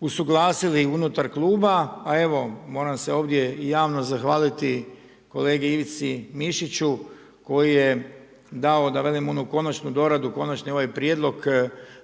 usuglasili unutar kluba. A evo, moram se ovdje i javno zahvaliti kolegi Ivici Mišiću koji je dao da velim onu konačnu doradu, konačni ovaj prijedlog